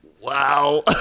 Wow